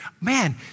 man